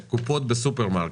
שתלויות ליד הקופות בסופרמרקט,